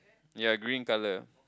ya green colour